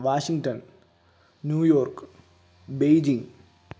Washington New York Beijing